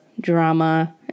drama